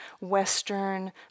Western